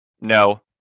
No